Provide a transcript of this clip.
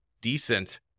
decent